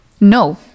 No